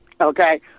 Okay